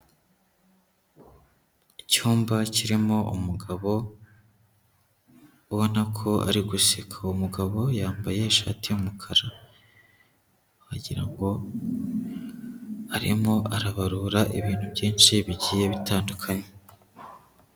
Icyumba kirimo umugabo ubona ko ari guseka, uwo mugabo yambaye ishati y'umukara wagira ngo arimo arabarura ibintu byinshi bigiye bitandukanye.